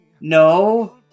No